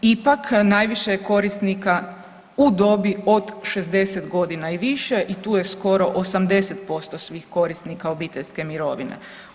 Ipak najviše je korisnika u dobi od 60.g. i više i tu je skoro 80% svih korisnika obiteljske mirovine.